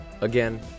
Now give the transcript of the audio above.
Again